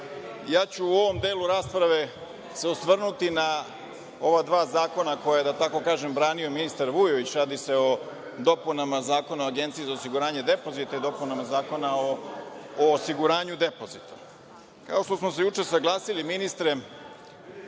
danas.U ovom delu rasprave ću se osvrnuti na ova dva zakona koja je, da tako kažem, brani ministri Vujović. Radi se o dopunama Zakona o Agenciji za osiguranje depozita i dopunama Zakona o osiguranju depozita. Kao što smo se juče saglasili, ministre,